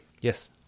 Yes